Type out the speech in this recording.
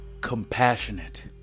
compassionate